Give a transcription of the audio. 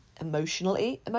emotionally